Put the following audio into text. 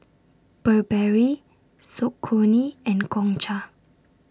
Burberry Saucony and Gongcha